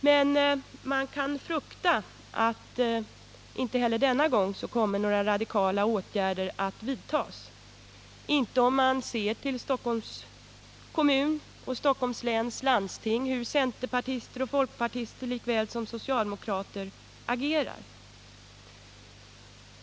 Men man kan frukta att inte heller denna gång några radikala åtgärder kommer att vidtas, om man ser hur centerpartister och folkpartister likaväl som socialdemokrater agerar i Stockholms kommun och Stockholms läns landsting.